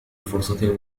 فرصة